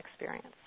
experience